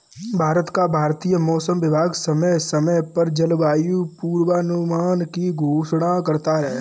भारत का भारतीय मौसम विभाग समय समय पर जलवायु पूर्वानुमान की घोषणा करता है